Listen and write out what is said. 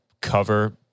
cover